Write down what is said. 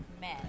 men